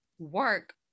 work